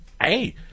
Hey